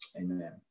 Amen